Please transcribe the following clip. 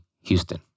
Houston